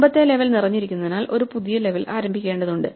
മുമ്പത്തെ ലെവൽ നിറഞ്ഞിരിക്കുന്നതിനാൽ ഒരു പുതിയ ലെവൽ ആരംഭിക്കേണ്ടതുണ്ട്